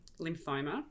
lymphoma